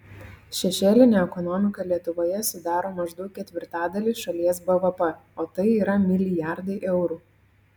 šešėlinė ekonomika lietuvoje sudaro maždaug ketvirtadalį šalies bvp o tai yra milijardai eurų